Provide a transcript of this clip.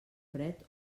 fred